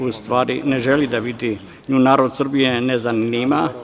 U stvari, ne želi da vidi, nju narod Srbije ne zanima.